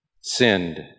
Sinned